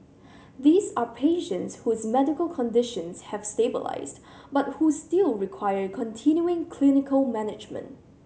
these are patients whose medical conditions have stabilised but who still require continuing clinical management